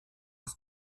auch